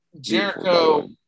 Jericho